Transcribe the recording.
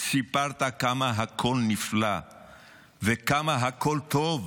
סיפרת כמה הכול נפלא וכמה הכול טוב